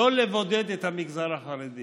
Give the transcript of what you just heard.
לא לבודד את המגזר החרדי